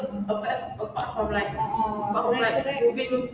mm ah ah then after that